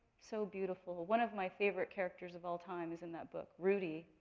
so beautiful. one of my favorite characters of all time is in that book, rudy.